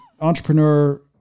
entrepreneur